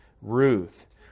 Ruth